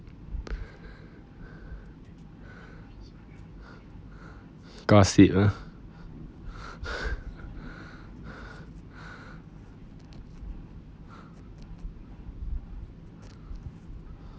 gossip ah